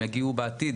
בעתיד הם יגיעו בעיקר